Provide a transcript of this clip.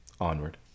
Onward